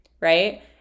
right